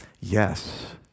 Yes